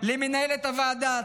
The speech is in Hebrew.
למנהלת הוועדה,